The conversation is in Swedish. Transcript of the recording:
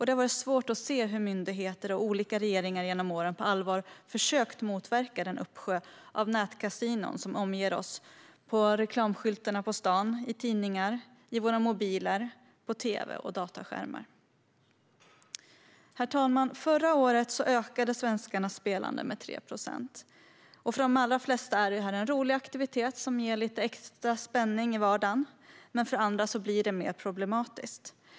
Det har varit svårt att se hur myndigheter och olika regeringar genom åren på allvar har försökt motverka den uppsjö av nätkasinon som omger oss genom reklamskyltar på stan och genom reklam i tidningar, i våra mobiler, på tv och på dataskärmar. Herr talman! Förra året ökade svenskarnas spelande med 3 procent. För de allra flesta är detta en rolig aktivitet som ger lite extra spänning i vardagen. Men för andra blir det mer problematiskt.